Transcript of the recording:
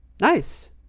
Nice